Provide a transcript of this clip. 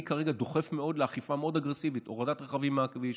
אני כרגע דוחף מאוד לאכיפה מאוד אגרסיבית: הורדת רכבים מהכביש,